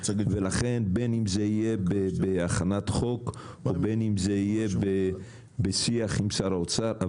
לכן בין אם זה יהיה בהכנת חוק ובין אם זה יהיה בשיח עם שר האוצר,